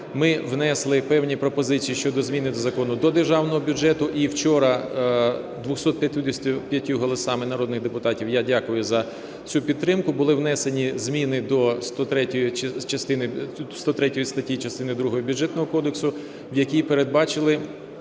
ми внесли певні пропозиції щодо змін до закону, до Державного бюджету. І вчора 255 голосами народних депутатів, я дякую за цю підтримку, були внесені зміни до 103 статті частини другої Бюджетного кодексу, в якій передбачили